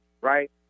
right